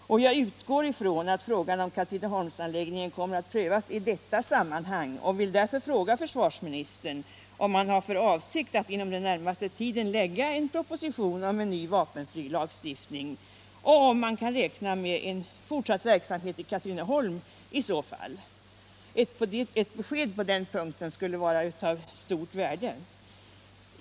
Jag utgår ifrån att frågan om Katrineholmsanläggningen kommer att prövas i detta sammanhang. Därför vill jag fråga försvarsministern om han har för avsikt att inom den närmaste tiden lägga fram en proposition om en ny vapenfrilagstiftning, och om man i så fall kan räkna med en fortsatt verksamhet i Katrineholm. Ett besked på den punkten skulle vara av stort värde.